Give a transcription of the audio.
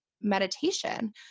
meditation